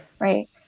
Right